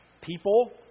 people